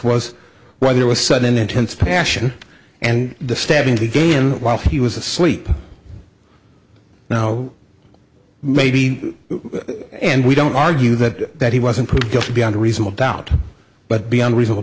was why there was sudden intense passion and the stabbing to gain him while he was asleep now maybe and we don't argue that that he wasn't prove guilt beyond a reasonable doubt but beyond reasonable